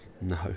No